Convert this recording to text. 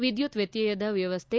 ವಿದ್ಯುತ್ ಮಿತವ್ಯಯದ ವ್ಯವಸ್ಥೆ